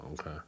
Okay